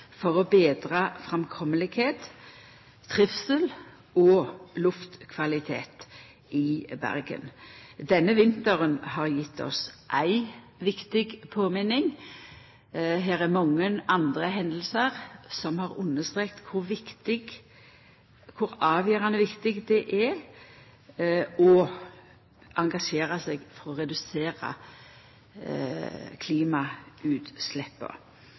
for å betra framkomst, trivsel og luftkvalitet i Bergen. Denne vinteren har gjeve oss ei viktig påminning. Det er mange andre hendingar som har understreka kor avgjerande viktig det er å engasjera seg for å redusera klimautsleppa.